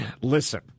Listen